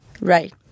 Right